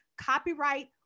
copyright